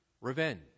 revenge